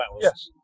Yes